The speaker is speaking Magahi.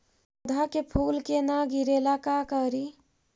पौधा के फुल के न गिरे ला का करि?